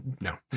no